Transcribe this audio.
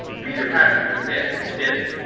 peter had to admit that he didn't,